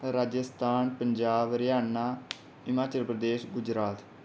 Rajasthan Punjab Haryana Himachal Pradesh Gujarat